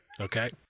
Okay